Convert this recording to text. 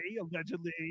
Allegedly